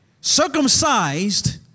Circumcised